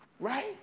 Right